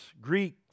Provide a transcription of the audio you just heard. Greek